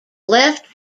left